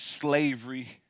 slavery